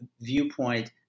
viewpoint